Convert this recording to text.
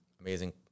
amazing